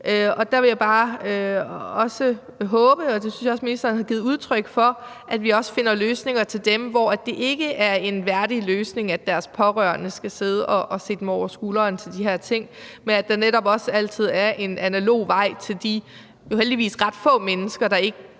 Der vil jeg bare håbe, og det synes jeg også ministeren har givet udtryk for, at vi også finder løsninger til dem, for hvem det ikke er en værdig løsning, at deres pårørende skal sidde og se dem over skulderen i forbindelse med de her ting, altså at der netop også altid er en analog vej for de jo heldigvis ret få mennesker, der ikke